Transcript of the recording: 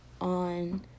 on